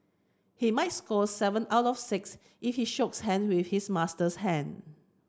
he might score seven out of six if he shook hand with his master hand